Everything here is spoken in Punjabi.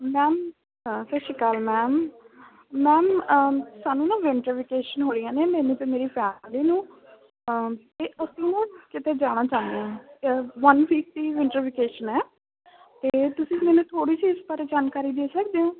ਮੈਮ ਸਤਿ ਸ਼੍ਰੀ ਅਕਾਲ ਮੈਮ ਮੈਮ ਸਾਨੂੰ ਨਾ ਵਿੰਟਰ ਵੀਕੇਸ਼ਨ ਹੋ ਰਹੀਆਂ ਨੇ ਮੈਨੂੰ ਅਤੇ ਮੇਰੀ ਫੈਮਲੀ ਨੂੰ ਅਤੇ ਅਸੀਂ ਨਾ ਕਿਤੇ ਜਾਣਾ ਚਾਹੁੰਦੇ ਹਾਂ ਵੰਨ ਵੀਕ ਦੀ ਵਿੰਟਰ ਵੀਕੇਸ਼ਨ ਹੈ ਅਤੇ ਤੁਸੀਂ ਮੈਨੂੰ ਥੋੜ੍ਹੀ ਜੀ ਇਸ ਬਾਰੇ ਜਾਣਕਾਰੀ ਦੇ ਸਕਦੇ ਹੋ